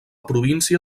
província